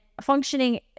functioning